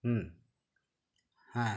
হুম হ্যাঁ